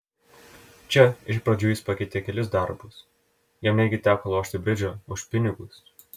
čia iš pradžių jis pakeitė kelis darbus jam netgi teko lošti bridžą už pinigus